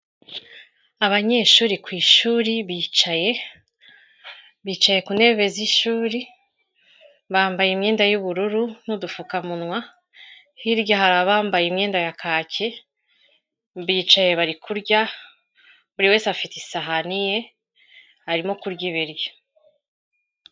Abanyeshuri ku ishuri bicaye, bicaye ku ntebe z'ishuri, bambaye imyenda y'ubururu n'udupfukamunwa, hirya hari abambaye imyenda ya kaki, bicaye bari kurya, buri wese afite isahani ye, arimo kurya ibiryo.